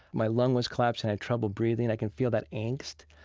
my lung was collapsing, i had trouble breathing, i can feel that angst.